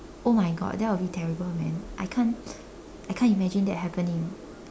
oh my God that would terrible man I can't I can't imagine that happening